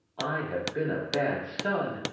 i have been a bad son,